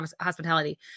Hospitality